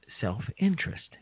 self-interest